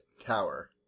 tower